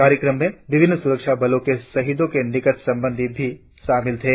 कार्यक्रम मे विभिन्न सुरक्षा बलों के शहीदों के निकट संबंधी भी शामिल थे